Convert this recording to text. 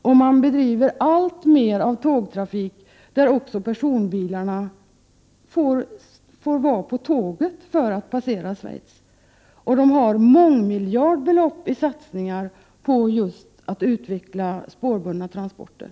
Alltmer tågtrafik bedrivs som tar också personbilarna på tåget när de skall passera Schweiz. Man satsar mångmiljardbelopp på att utveckla just spårbundna transporter.